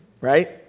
right